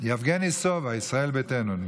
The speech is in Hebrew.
לא נמצאת, יבגני סובה נמצא.